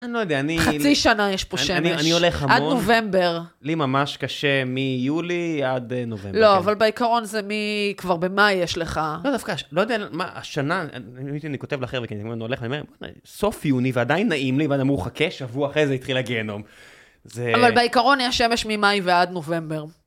אני לא יודע, אני... חצי שנה יש פה שמש. אני הולך המון... עד נובמבר. לי ממש קשה, מיולי עד נובמבר. לא, אבל בעיקרון זה מי, כבר במאי יש לך. לא, דווקא, לא יודע, השנה, אני כותב לחבר'ה, כי אני הולך, אני אומר, סוף יוני ועדיין נעים לי, ואני אמרו, חכה, שבוע אחרי זה יתחיל הגיהנום. אבל בעיקרון יש שמש ממאי ועד נובמבר.